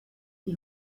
die